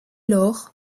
lors